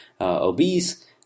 obese